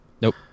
Nope